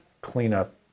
cleanup